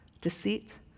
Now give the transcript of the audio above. deceit